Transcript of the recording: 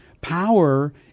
power